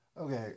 Okay